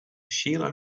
shiela